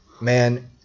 Man